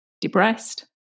depressed